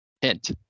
Hint